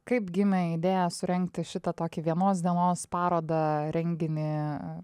kaip gimė idėja surengti šitą tokį vienos dienos parodą renginį